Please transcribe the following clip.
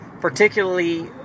particularly